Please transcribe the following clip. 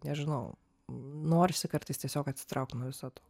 nežinau norisi kartais tiesiog atsitraukt nuo viso to